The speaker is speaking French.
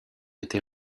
été